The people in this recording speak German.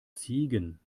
ziegen